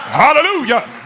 hallelujah